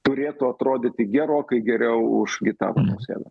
turėtų atrodyti gerokai geriau už gitaną nausėdą